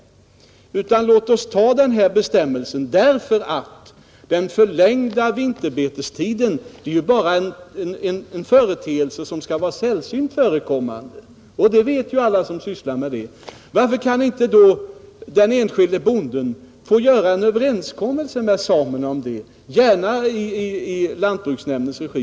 Låt oss i stället ta denna bestämmelse, ty den förlängda betestiden är ju någonting som bara skall förekomma vid enstaka tillfällen. Det vet ju alla som sysslar med den här frågan. Varför kan inte då den enskilde bonden få träffa en överenskommelse med samerna om det, gärna i lantbruksnämndens regi?